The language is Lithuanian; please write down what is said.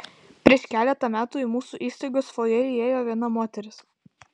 prieš keletą metų į mūsų įstaigos fojė įėjo viena moteris